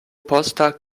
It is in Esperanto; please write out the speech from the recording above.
posta